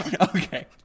Okay